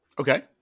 Okay